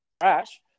trash